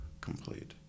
complete